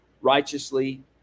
righteously